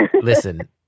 listen